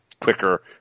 quicker